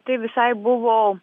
tai visai buvo